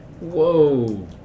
Whoa